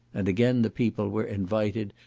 and again the people were invited,